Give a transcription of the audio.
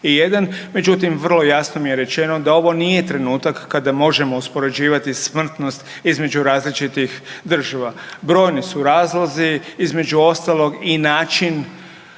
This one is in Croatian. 221. Međutim, vrlo jasno mi je rečeno da ovo nije trenutak kada možemo uspoređivati smrtnost između različitih država. Brojni su razlozi. Između ostalog i način